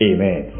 Amen